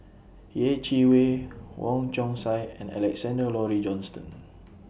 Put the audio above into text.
Yeh Chi Wei Wong Chong Sai and Alexander Laurie Johnston